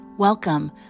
Welcome